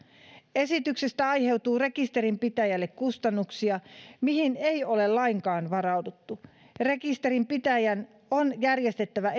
esityksestä aiheutuu rekisterinpitäjälle kustannuksia mihin ei ole lainkaan varauduttu rekisterinpitäjän on esimerkiksi järjestettävä